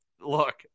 look